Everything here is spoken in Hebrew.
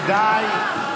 די.